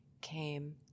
came